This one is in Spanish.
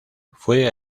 fue